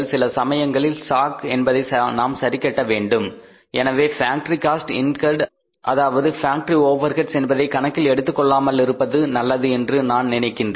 சில சமயங்களில் ஸ்டாக் என்பதை நாம் சரிகட்ட வேண்டும் எனவே ஃபேக்டரி காஸ்ட் இன்கர்ட் அதாவது ஃபேக்டரி ஓவர் ஹெட்ஸ் என்பதை கணக்கில் எடுத்துக் கொள்ளாமலிருப்பது நல்லது என்று நான் நினைக்கின்றேன்